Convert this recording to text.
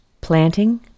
Planting